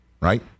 Right